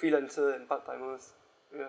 freelancer and part timers ya